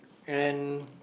and